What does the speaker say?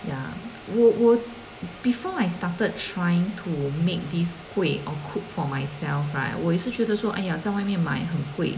ya 我我 before I started trying to make this kueh or cook for myself right 我也是觉得说哎呀在外面买很贵